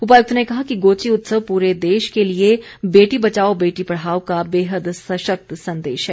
उपायुक्त ने कहा कि गोची उत्सव पूरे देश के लिए बेटी बचाओ बेटी पढ़ाओ का बेहद सशक्त संदेश है